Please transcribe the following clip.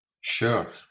Sure